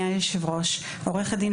אני עורכת דין,